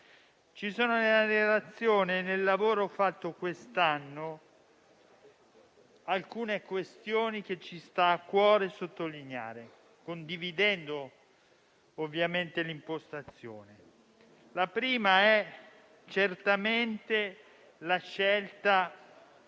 Ci sono, nella relazione e nel lavoro svolto quest'anno, alcune questioni che ci sta a cuore sottolineare, condividendone ovviamente l'impostazione. La prima è certamente la scelta